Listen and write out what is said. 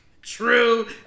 True